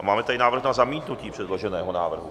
Máme tady návrh na zamítnutí předloženého návrhu.